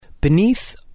Beneath